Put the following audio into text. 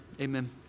amen